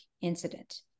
incident